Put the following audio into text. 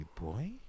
boy